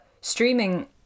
streaming